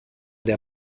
der